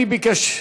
מי ביקש?